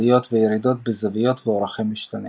עליות וירידות בזוויות ואורכים משתנים.